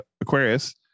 Aquarius